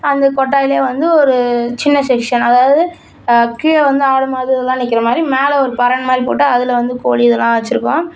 அந்த கொட்டாகைலையே வந்து ஒரு சின்ன செக்ஷன் அதாவது கீழே வந்து ஆடு மாடு இதெல்லாம் நிக்கிற மாதிரி மேலே ஒரு பரண் மாதிரி போட்டு அதில் வந்து கோழி இதெல்லாம் வெச்சிருக்கோம்